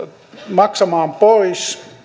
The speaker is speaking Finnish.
maksamaan pois